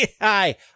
Hi